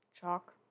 chalk